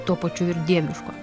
tuo pačiu ir dieviško